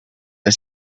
the